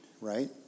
Right